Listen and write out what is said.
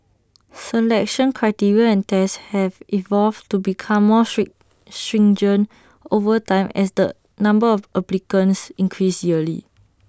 selection criteria and tests have evolved to become more stringent over time as the number of applicants increase yearly